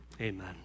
Amen